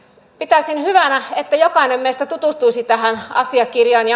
pitäisin hyvänä että jokainen meistä tutustuisi tähän asiakirjaan